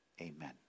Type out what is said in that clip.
amen